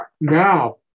Now